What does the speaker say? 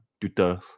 tutors